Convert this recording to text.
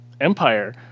Empire